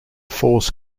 force